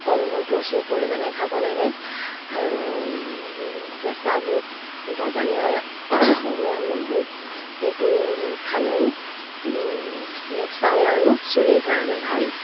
ফল মূল প্ৰচুৰ পৰিমাণে খাব লাগে আৰু কেঁচা বুট গজালি ওলোৱা মগু সেইটো খালেও ছাল আৰু চুলিৰ কাৰণে ভাল